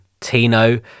Tino